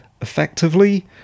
effectively